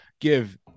give